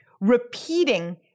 repeating